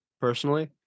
personally